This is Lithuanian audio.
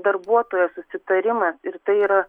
darbuotojo susitarimas ir tai yra